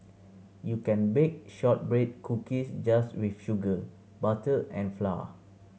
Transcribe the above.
you can bake shortbread cookies just with sugar butter and flour